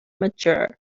mature